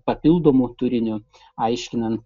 papildomu turiniu aiškinant